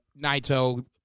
Naito